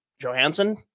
Johansson